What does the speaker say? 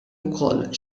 wkoll